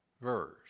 verse